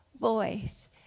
voice